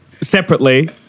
separately